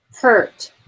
hurt